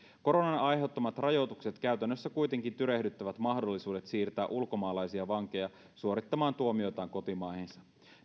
koronan aiheuttamat rajoitukset käytännössä kuitenkin tyrehdyttävät mahdollisuudet siirtää ulkomaalaisia vankeja suorittamaan tuomioitaan kotimaihinsa